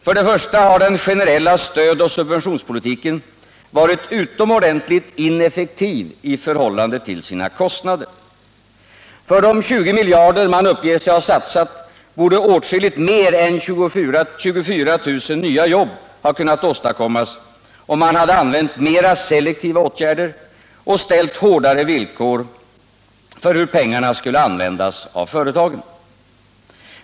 För det första har den generella stödoch subventionspolitiken varit utomordentligt ineffektiv i förhållande till sina kostnader — för de 20 miljarder man uppger sig ha satsat borde åtskilligt mer än 24 000 nya jobb ha kunnat åstadkommas, om man använt mera selektiva åtgärder och ställt hårdare villkor för hur pengarna skulle användas av företagen.